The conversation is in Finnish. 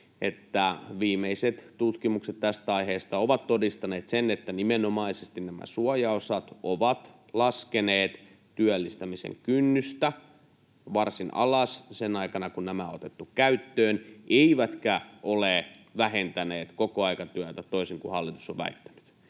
että viimeiset tutkimukset tästä aiheesta ovat todistaneet sen, että nimenomaisesti nämä suojaosat ovat laskeneet työllistämisen kynnystä varsin alas sinä aikana, kun nämä otettu käyttöön, eivätkä ole vähentäneet kokoaikatyötä, toisin kuin hallitus on väittänyt.